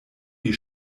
die